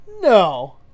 No